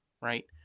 right